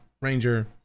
ranger